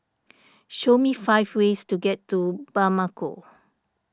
show me five ways to get to Bamako